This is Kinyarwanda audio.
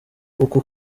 uku